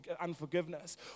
unforgiveness